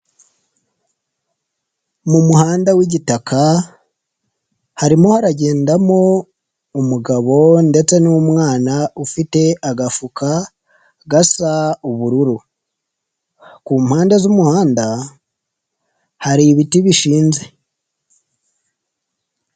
Mu muhanda w'igitaka harimo hagendamo umugabo ndetse n'umwana ufite agafuka gasa ubururu, ku mpande z'umuhanda hari ibiti bishinze.